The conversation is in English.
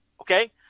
okay